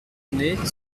année